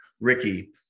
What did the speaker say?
Ricky